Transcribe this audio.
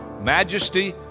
majesty